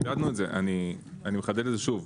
אני מכבד את זה שוב.